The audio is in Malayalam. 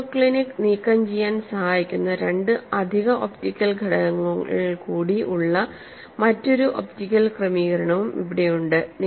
ഐസോക്ലിനിക്സ് നീക്കംചെയ്യാൻ സഹായിക്കുന്ന രണ്ട് അധിക ഒപ്റ്റിക്കൽ ഘടകങ്ങൾ കൂടി ഉള്ള മറ്റൊരു ഒപ്റ്റിക്കൽ ക്രമീകരണവും ഇവിടെയുണ്ട്